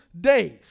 days